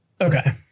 Okay